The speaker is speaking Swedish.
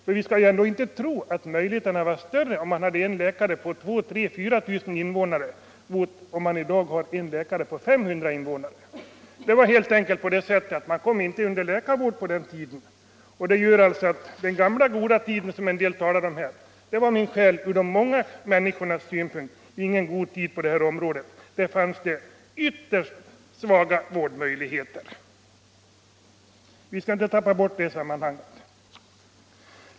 Men vi skall inte tro att möjligheterna var större om man hade en läkare på 2 000, 3 000 eller 4 000 invånare mot det som man har i dag, en läkare på 500 invånare. Man kom helt enkelt inte under läkarvård på den tiden. Den gamla goda tiden, som en del talar om här, var min själ ur de många människornas synpunkt ingen god tid på det här området. Det fanns ytterst svaga vårdmöjligheter. Vi skall inte tappa bort det i sammanhanget.